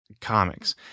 comics